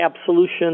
absolution